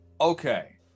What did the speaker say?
Okay